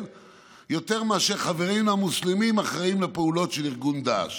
יותר משחברינו המוסלמים אחראים לפעולות של ארגון דאעש.